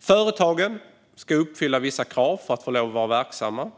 Företagen måste uppfylla flera krav för att få vara verksamma.